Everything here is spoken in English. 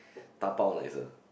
dabao nicer